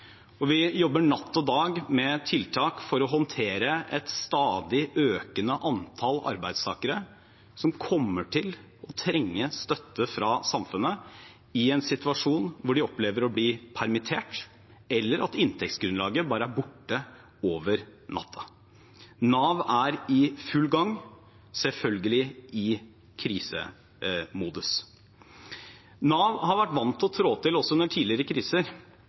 Vi jobber natt og dag med tiltak for å håndtere et stadig økende antall arbeidstakere som kommer til å trenge støtte fra samfunnet i en situasjon der de opplever å bli permittert, eller at inntektsgrunnlaget bare er borte over natten. Nav er i full gang, selvfølgelig i krisemodus. Nav har vært vant til å trå til også under tidligere kriser.